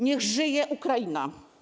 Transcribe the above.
Niech żyje Ukraina!